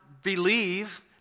believe